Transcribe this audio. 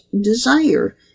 desire